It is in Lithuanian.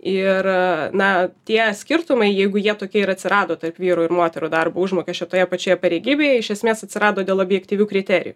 ir na tie skirtumai jeigu jie tokie ir atsirado tarp vyrų ir moterų darbo užmokesčio toje pačioje pareigybėje iš esmės atsirado dėl objektyvių kriterijų